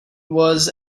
was